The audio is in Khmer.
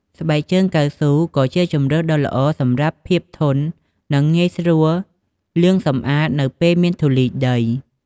ស្បែកជើងកៅស៊ូ ក៏ជាជម្រើសដ៏ល្អសម្រាប់ភាពធន់ និងងាយស្រួលលាងសម្អាតនៅពេលមានធូលីដី។